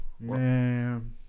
Man